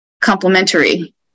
complementary